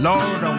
Lord